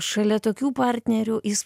šalia tokių partnerių jis